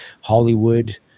Hollywood